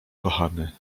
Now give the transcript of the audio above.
kochany